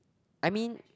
I mean